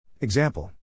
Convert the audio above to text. Example